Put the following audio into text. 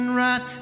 right